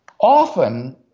often